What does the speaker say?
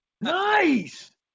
Nice